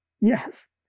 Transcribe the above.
Yes